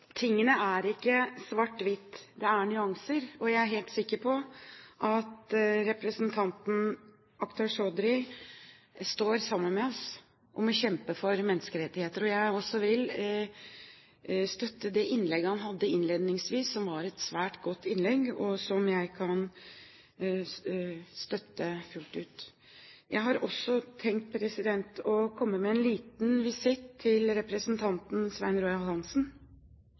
er ikke svart-hvitt. Det er nyanser, og jeg er helt sikker på at representanten Akhtar Chaudhry står sammen med oss om å kjempe for menneskerettigheter. Jeg vil også støtte det innlegget han hadde innledningsvis, som var et svært godt innlegg, og som jeg kan støtte fullt ut. Jeg har også tenkt å komme med en liten visitt til representanten Svein Roald Hansen